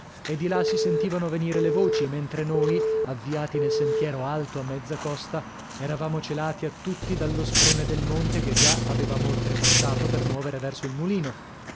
e di là si sentivano venire le voci mentre noi avviati nel sentiero alto a mezza costa eravamo celati a tutti dallo sprone del monte che già avevamo oltrepassato per muovere verso il mulino